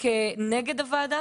נגד הוועדה